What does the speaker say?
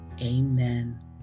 Amen